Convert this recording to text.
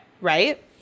Right